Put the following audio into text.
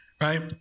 right